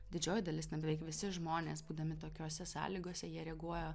didžioji dalis beveik visi žmonės būdami tokiose sąlygose jie reaguoja